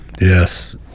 Yes